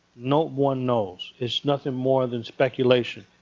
no one knows. it's nothing more than speculation.